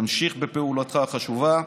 תמשיך בפעולתך החשובה.